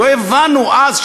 לא הבנו אז,